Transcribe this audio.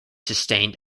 sustained